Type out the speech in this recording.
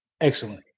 excellent